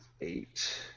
eight